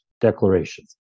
Declaration